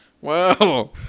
Wow